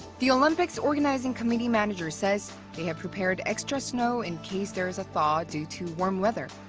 the olympics organizing committee manager says they have prepared extra snow in case there's a thaw due to warm weather,